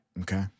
Okay